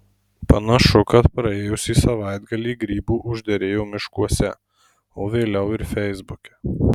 panašu kad praėjusį savaitgalį grybų užderėjo miškuose o vėliau ir feisbuke